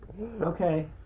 Okay